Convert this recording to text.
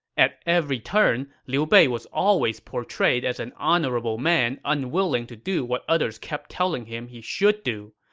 at every turn, liu bei was always portrayed as an honorable man unwilling to do what others kept telling him he should do,